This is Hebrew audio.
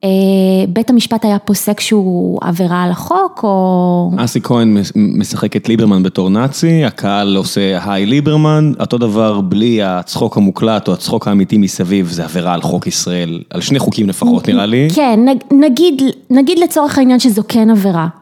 בית המשפט היה פוסק שהוא עבירה על החוק או... אסי כהן משחק את ליברמן בתור נאצי, הקהל עושה היי ליברמן, אותו דבר בלי הצחוק המוקלט או הצחוק האמיתי מסביב, זה עבירה על חוק ישראל, על שני חוקים לפחות נראה לי. כן, נגיד לצורך העניין שזו כן עבירה.